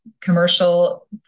commercial